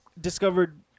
discovered